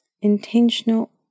intentional